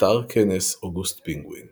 אתר כנס אוגוסט פינגווין